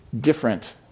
different